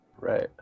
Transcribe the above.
Right